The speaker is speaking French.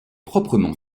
proprement